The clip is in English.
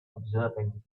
observing